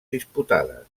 disputades